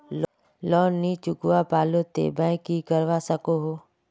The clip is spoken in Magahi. लोन नी चुकवा पालो ते बैंक की करवा सकोहो?